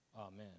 Amen